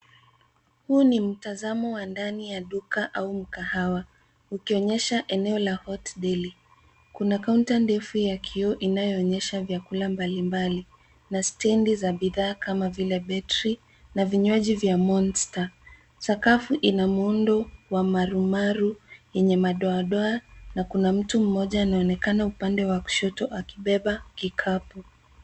Huu ni mtazamo wa ndani ya duka au mkahawa ukionyesha eneo la hot deli . Kuna kaunta ndefu ya kioo inayoonyesha vyakula mbalimbali na stendi za bidhaa kama vile betri na vinywaji vya Monster. Sakafu ina muundo wa marumaru yenye madoadoa na kuna mtu mmoja anaonekana upande wa kushoto akibeba kikapu.